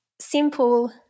simple